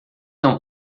não